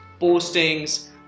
Postings